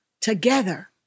together